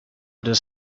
does